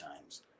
Times